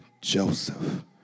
Joseph